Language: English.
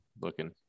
looking